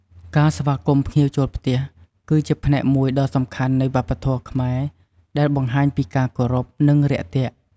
ការស្វាគមន៍ភ្ញៀវចូលផ្ទះ គឺជាផ្នែកមួយដ៏សំខាន់នៃវប្បធម៌ខ្មែរ ដែលបង្ហាញពីការគោរព និងរាក់ទាក់។